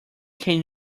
can